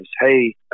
hey